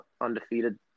undefeated